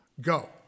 go